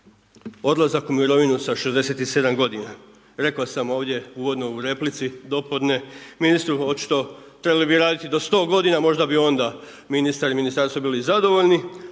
odlazak u mirovinu sa 67 godina? Rekao sam ovdje uvodno u replici dopodne, ministru očito trebali bi raditi do 100 godina, možda bi onda ministar i ministarstvo bili zadovoljni.